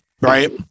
Right